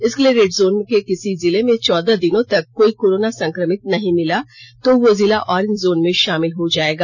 इसके लिए red zone के किसी जिले में चौदह दिनों तक कोई कोरोना संक्रमित नहीं मिला तो वह जिला ऑरेंज जोन में शामिल हो जायेगा